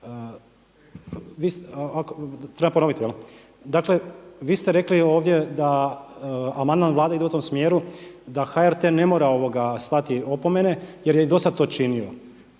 Trebam ponoviti. Dakle, vi ste rekli ovdje da amandman Vlade ide u tom smjeru da HRT ne mora slati opomene, jer je i do sad to činio.